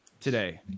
today